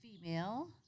female